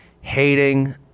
hating